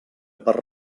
per